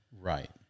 Right